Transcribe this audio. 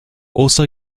also